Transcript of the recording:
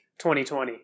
2020